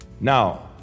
Now